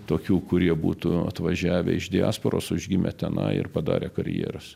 tokių kurie būtų atvažiavę iš diasporos užgimę tenai ir padarę karjeras